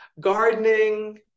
Gardening